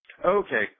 Okay